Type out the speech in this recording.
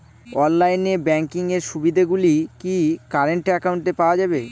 Online banking এর সুবিধে গুলি কি কারেন্ট অ্যাকাউন্টে পাওয়া যাবে?